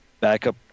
Backup